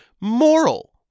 moral